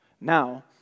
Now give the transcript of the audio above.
now